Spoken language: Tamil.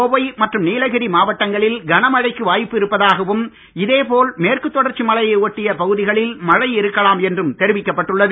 கோவை மற்றும் நீலகிரி மாவட்டங்களில் கனமழைக்கு வாய்ப்பு இருப்பதாகவும் இதேபோல மேற்கு தொடர்ச்சி மலையை ஒட்டிய பகுதிகளில் மழை இருக்கலாம் என்றும் தெரிவிக்கப்பட்டுள்ளது